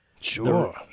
sure